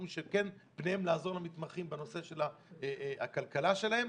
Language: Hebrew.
רואים שכן פניהם לעזור למתמחים בנושא הכלכלה שלהם.